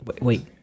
wait